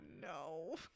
no